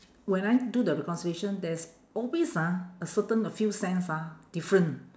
when I do the reconciliation there's always ah a certain a few cents ah different